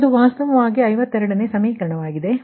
ಆದ್ದರಿಂದ ಇದು ವಾಸ್ತವವಾಗಿ 52 ಸಮೀಕರಣವಾಗಿದೆ